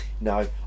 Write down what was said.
No